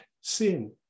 sin